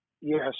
Yes